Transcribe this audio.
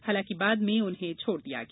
हालांकि बाद में उन्हें छोड़ दिया गया